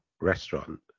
restaurant